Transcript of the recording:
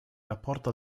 rapporto